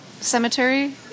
cemetery